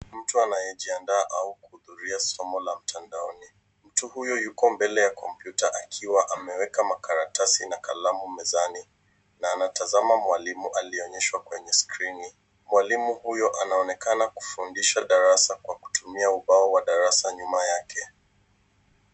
Mtu anayejiandaa au kuhudhuria somo la mtandaoni, mtu huyu yuko mbele ya kompyuta akiwa ameiweka makaratasi na kalamu mezani, na anatazama mwalimu aliyo onyeshwa kwenye skrini. Mwalimu huyo anaonekana kufundisha darasa kwa kutumia ubao wa darasa nyuma yake.